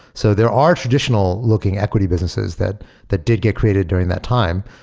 so there are traditional looking equity businesses that that did get created during that time,